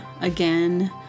again